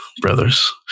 brothers